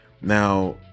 Now